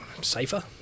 safer